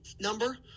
number